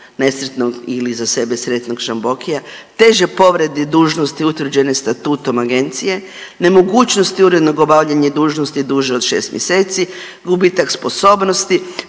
nesretnog ili za sebe sretnog Žambokija, teže povrede dužnosti utvrđene Statutom Agencije, nemogućnost urednog obavljanja dužnosti duže od 6 mjeseci, gubitak sposobnosti,